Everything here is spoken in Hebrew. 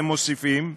הם מוסיפים,